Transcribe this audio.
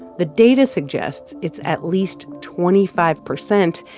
the data suggests it's at least twenty five percent,